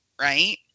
right